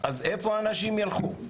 אז לאיפה אנשים ילכו?